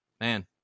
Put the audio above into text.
man